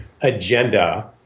agenda